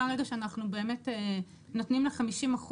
מהרגע שאנחנו נותנים לה 50%,